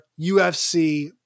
UFC